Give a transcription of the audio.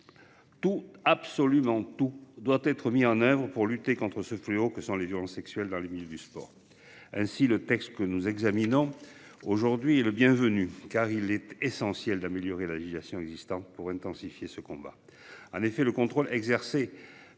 Tout, absolument tout doit être mis en oeuvre pour lutter contre ce fléau que sont les violences sexuelles dans le milieu du sport. Ainsi le texte que nous examinons aujourd'hui est le bienvenu car il est essentiel d'améliorer la législation existante pour intensifier ce combat en effet le contrôle exercé